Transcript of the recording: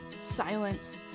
silence